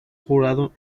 jurado